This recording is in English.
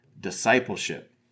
discipleship